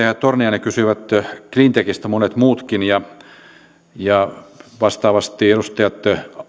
ja torniainen kysyivät cleantechistä ja monet muutkin ja vastaavasti edustajat